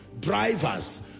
Drivers